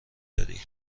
داری